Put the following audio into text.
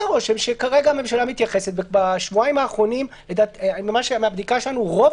מהבדיקה שלנו בשבועיים האחרונים רוב